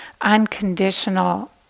unconditional